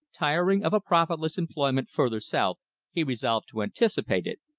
tiring of a profitless employment further south he resolved to anticipate it,